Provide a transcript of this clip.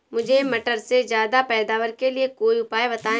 मुझे मटर के ज्यादा पैदावार के लिए कोई उपाय बताए?